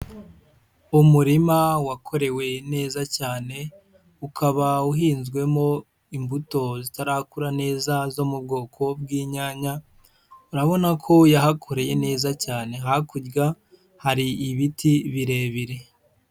Umurima wakorewe neza cyane, ukaba uhinzwemo imbuto zitarakura neza zo mu bwoko bw'inyanya, urabona ko yahakoreye neza cyane, hakurya hari ibiti birebire.